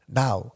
now